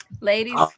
Ladies